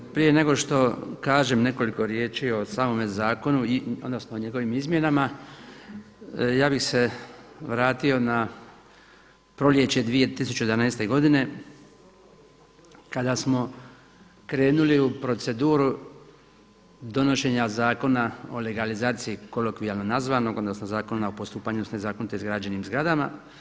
Prije nego što kažem nekoliko riječi o samome zakonu odnosno o njegovim izmjenama, ja bih se vratio na proljeće 2011. godine kada smo krenuli u proceduru donošenja Zakona o legalizaciji kolokvijalno nazvanog odnosno Zakona o postupanju s nezakonito izgrađenim zgradama.